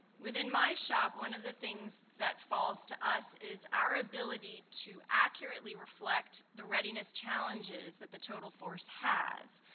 within my shop, one of the things that falls to us is our ability to accurately reflect the readiness challenges that the total force has.